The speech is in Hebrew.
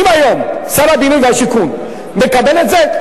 אם היום שר הבינוי והשיכון מקבל את זה,